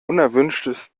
unerwünschtes